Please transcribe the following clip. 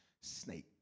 snake